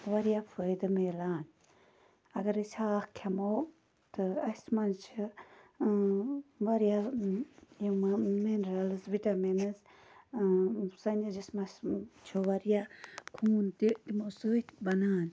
واریاہ فٲیدٕ مِلان اَگر أسۍ ہاکھ کھٮ۪مو تہٕ اَسہِ منٛز چھِ واریاہ یِم مہٕ مِنرَلٕز وِٹَمِنٕز سٲنِس جِسمَس چھُ واریاہ خوٗن تہِ یِمو سۭتۍ بَنان